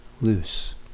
loose